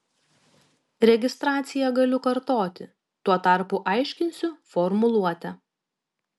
registraciją galiu kartoti tuo tarpu aiškinsiu formuluotę